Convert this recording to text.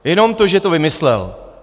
Jenom to, že to vymyslel.